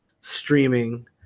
streaming –